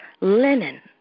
linen